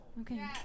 Okay